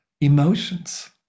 emotions